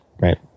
right